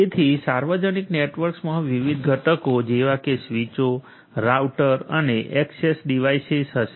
તેથી સાર્વજનિક નેટવર્કમાં વિવિધ ઘટકો જેવા કે સ્વીચો રાઉટર્સ અને ઍક્સેસ ડિવાઇસેસ હશે